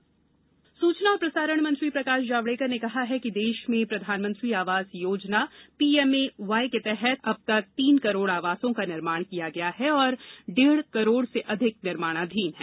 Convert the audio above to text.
Javadekar PM आवास सूचना और प्रसारण मंत्री प्रकाश जावड़ेकर ने कहा है कि देश में प्रधानमंत्री आवास योजना पीएमए वाई के तहत अब तक तीन करोड़ आवासों का निर्माण किया गया है और डेढ करोड़ से अधिक निर्माणाधीन हैं